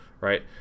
right